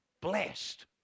blessed